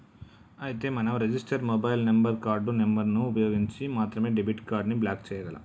అయితే మనం register mobile number card number ని ఉపయోగించి మాత్రమే డెబిట్ కార్డు ని బ్లాక్ చేయగలం